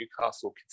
Newcastle